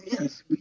yes